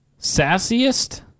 Sassiest